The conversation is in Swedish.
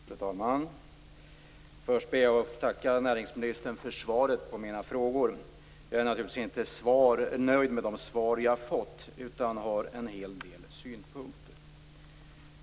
Fru talman! Först ber jag att få tacka näringsministern för svaret på mina frågor. Jag är naturligtvis inte nöjd med det svar jag har fått, utan jag har en hel del synpunkter.